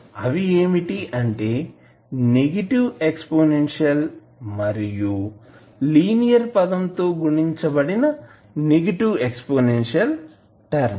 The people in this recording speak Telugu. అవి నెగిటివ్ ఎక్స్పోనెన్షియల్ మరియు లినియర్ పదంతో గుణించబడిన నెగిటివ్ ఎక్స్పోనెన్షియల్ టర్మ్స్